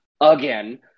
again